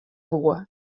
woe